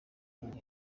alubum